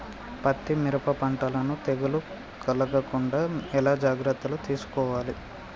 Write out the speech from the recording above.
పత్తి మిరప పంటలను తెగులు కలగకుండా ఎలా జాగ్రత్తలు తీసుకోవాలి?